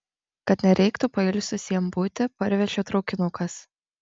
kad nereiktų pailsusiem būti parvežė traukinukas